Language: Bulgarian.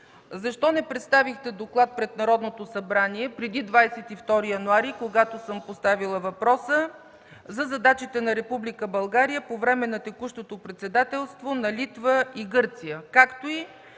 защо не представихте доклад пред Народното събрание преди 22 януари 2014 г., когато съм поставила въпроса за задачите на Република България по време на текущото председателство на Литва и Гърция, както и